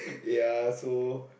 ya so